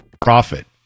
Profit